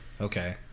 Okay